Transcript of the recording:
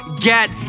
get